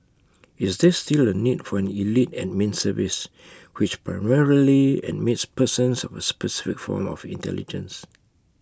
is there still A need for an elite admin service which primarily admits persons of A specific form of intelligence